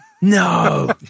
No